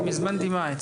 אם הזמנתי מה?